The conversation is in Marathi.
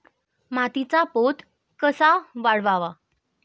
मातीचा पोत कसा वाढवावा?